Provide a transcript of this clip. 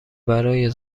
برای